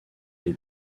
les